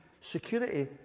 security